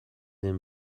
این